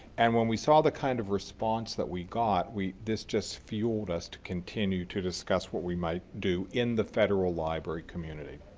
and when we saw the kind of response that we got, this just fueled us to continue to discuss what we might do in the federal library community.